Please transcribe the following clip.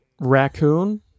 raccoon